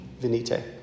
Venite